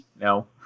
No